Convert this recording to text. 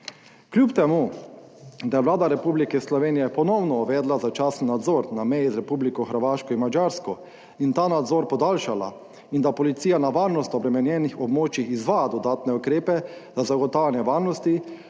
Kljub temu, da je Vlada Republike Slovenije ponovno uvedla začasen nadzor na meji z Republiko Hrvaško in Madžarsko in ta nadzor podaljšala in da policija na varnost obremenjenih območjih izvaja dodatne ukrepe za zagotavljanje varnost,